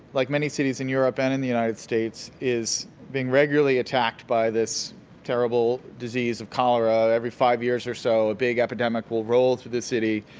like many cities in europe and in the united states, is being regularly attacked by this terrible disease of cholera. every five years or so, a big epidemic will roll through the city.